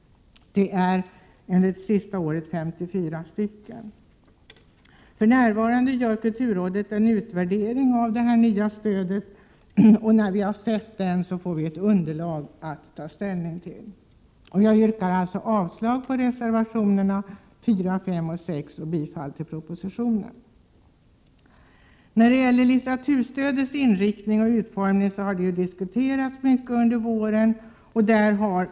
Det är under det senaste året 54 stycken. För närvarande gör kulturrådet en utvärdering av det nya stödet, och när vi har sett den får vi ett underlag att ta ställning till. Jag yrkar avslag på reservationerna 4, 5 och 6 samt bifall till utskottets hemställan. Litteraturstödets inriktning och utformning har diskuterats mycket under våren.